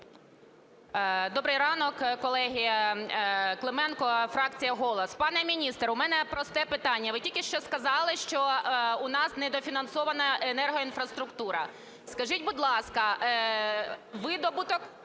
Добрий ранок, колеги. Клименко, фракція "Голос". Пане міністре, у мене просте питання. Ви тільки що сказали, що в нас недофінансована енергоінфраструктура. Скажіть, будь ласка, видобуток